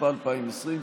התשפ"א 2020,